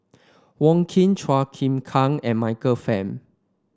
Wong Keen Chua Chim Kang and Michael Fam